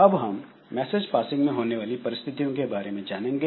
अब हम message passing में होने वाली परिस्थितियों के बारे में जानेंगे